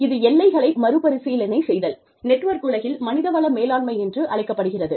இது எல்லைகளை மறுபரிசீலனை செய்தல் நெட்வொர்க் உலகில் மனித வள மேலாண்மை என்று அழைக்கப்படுகிறது